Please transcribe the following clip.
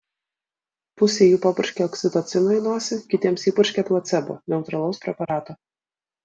pusei jų papurškė oksitocino į nosį kitiems įpurškė placebo neutralaus preparato